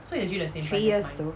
three years too